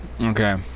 Okay